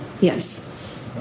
Yes